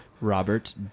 Robert